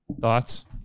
Thoughts